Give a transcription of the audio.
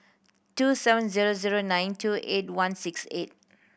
two seven zero zero nine two eight one six eight